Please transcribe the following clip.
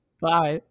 bye